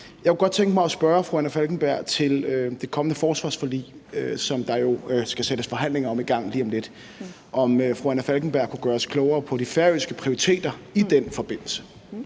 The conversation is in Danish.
Jeg kunne godt tænke mig at spørge fru Anna Falkenberg til det kommende forsvarsforlig, som der jo skal sættes forhandlinger i gang om lige om lidt. Kan fru Anna Falkenberg gøre os klogere på de færøske prioriteter i den forbindelse?